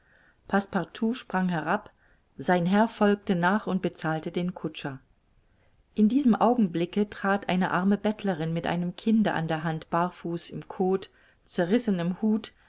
passepartout sprang herab sein herr folgte nach und bezahlte den kutscher in diesem augenblicke trat eine arme bettlerin mit einem kinde an der hand barfuß im koth zerrissenem hut